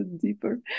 deeper